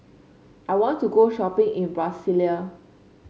I want to go shopping in Brasilia